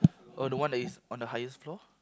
oh the one that is on the highest floor